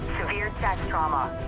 severe chest trauma.